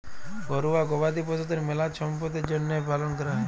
ঘরুয়া গবাদি পশুদের মেলা ছম্পদের জ্যনহে পালন ক্যরা হয়